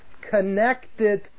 connected